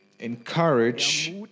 Encourage